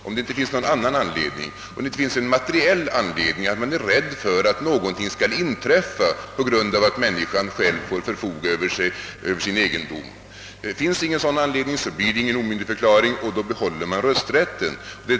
Om det inte finns någon annan materiell anledning — att man är rädd för att någonting skall inträffa på grund av att vederbörande själv får förfoga över sin egendom — blir det ingen omyndighetsförklaring, och rösträtten behålles.